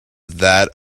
that